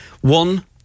one